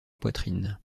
poitrine